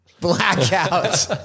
Blackout